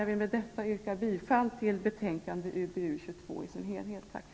Jag vill med detta yrka bifall till utskottets hemställan på samtliga punkter i betänkande UbU22.